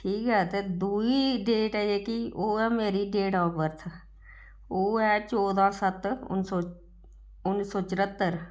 ठीक ऐ ते दुई डेट ऐ जेह्की ओह् ऐ मेरी डेट आफ बर्थ ओह् ऐ चौदां सत्त उन्नी सौ उन्नी सौ चरह्तर